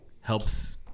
helps